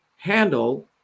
Handle